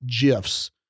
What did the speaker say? GIFs